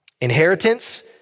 inheritance